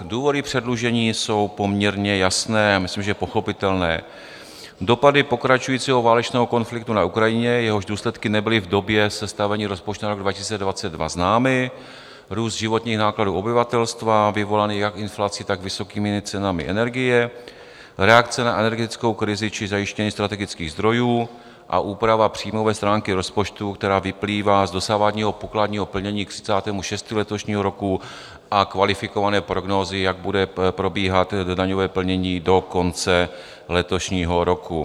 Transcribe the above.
Důvody předlužení jsou poměrně jasné a myslím, že pochopitelné: dopady pokračujícího válečného konfliktu na Ukrajině, jehož důsledky nebyly v době sestavení rozpočtu na rok 2022 známy, růst životních nákladů obyvatelstva vyvolaný jak inflací, tak vysokými cenami energie, reakce na energetickou krizi či zajištění strategických zdrojů a úprava příjmové stránky rozpočtu, která vyplývá z dosavadního pokladního plnění k 30. 6. letošního roku, a kvalifikované prognózy, jak bude probíhat daňové plnění do konce letošního roku.